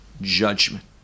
judgment